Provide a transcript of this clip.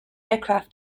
aircraft